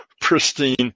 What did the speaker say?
pristine